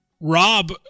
Rob